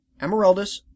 Emeraldus